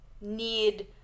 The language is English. need